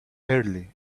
early